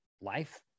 life